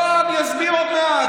לא, אני אסביר עוד מעט.